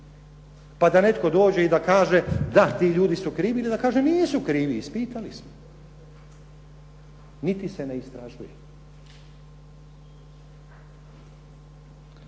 Pa da netko dođe i da kaže, da, ti ljudi su krivi, onda da kaže nisu krivi, ispitali smo. Niti se ne istražuje.